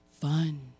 fun